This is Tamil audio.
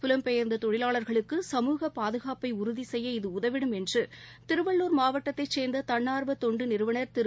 புலம்பெயர்ந்த தொழிலாளர்களுக்கு சமூக பாதுகாப்பை உறுதி செய்ய இது உதவிடும் என்று திருவள்ளூர் மாவட்டத்தைச் சேர்ந்த தன்னார்வ தொண்டு நிறுவனர் திரு